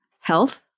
health